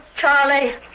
Charlie